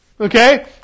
Okay